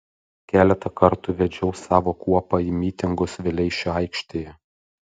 keletą kartų vedžiau savo kuopą į mitingus vileišio aikštėje